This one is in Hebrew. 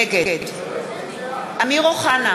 נגד אמיר אוחנה,